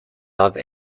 love